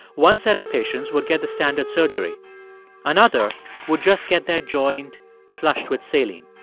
one set of patients would get the standard surgery another would just get their joint flushed with saline.